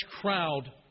crowd